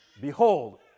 Behold